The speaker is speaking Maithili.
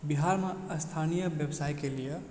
बिहारमे अस्थानीय व्यवसायके लिए